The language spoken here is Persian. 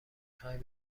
خوای